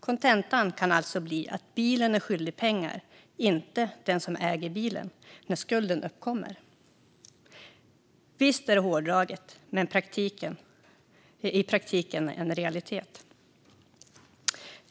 Kontentan kan alltså bli, fru talman, att bilen är skyldig pengar, inte den som äger bilen när skulden uppkommer. Visst är det hårdraget, men i praktiken är det en realitet.